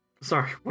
Sorry